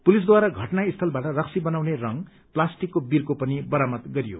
पुलिसद्वारा घटना स्थलबाट रक्सी बनाउने रंग प्लास्टिकको विको पनि बरामद गरयो